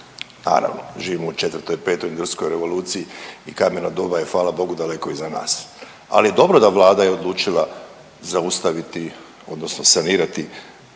naravno živimo u 4. i 5. industrijskoj revoluciji i kameno doba je fala Bogu daleko iza nas. Ali je dobro da Vlada je odlučila zaustaviti odnosno sanirati